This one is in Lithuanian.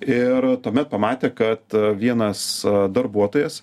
ir tuomet pamatė kad vienas darbuotojas